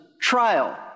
trial